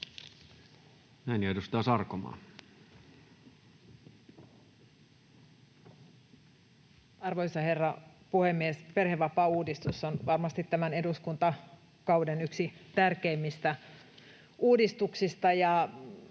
Näin. Ja edustaja Sarkomaa. Arvoisa herra puhemies! Perhevapaauudistus on varmasti tämän eduskuntakauden yksi tärkeimmistä uudistuksista,